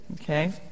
Okay